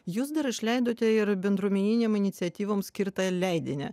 jūs dar išleidote ir bendruomeninėm iniciatyvoms skirtą leidinį